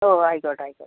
ആയിക്കോട്ടെ ആയിക്കോട്ടെ